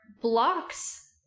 Blocks